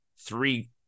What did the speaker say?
three